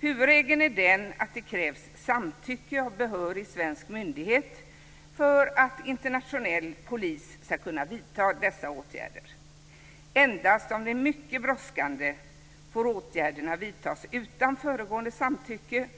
Huvudregeln är att det krävs samtycket av behörig svensk myndighet för att internationell polis ska kunna vidta dessa åtgärder. Endast om det är mycket brådskande får åtgärderna vidtas utan föregående samtycke,